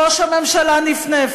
ראש הממשלה נפנף,